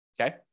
Okay